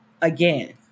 again